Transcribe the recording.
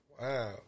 Wow